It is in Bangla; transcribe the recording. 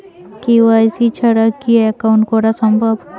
কে.ওয়াই.সি ছাড়া কি একাউন্ট করা সম্ভব?